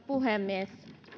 puhemies